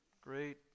great